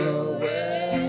away